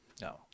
No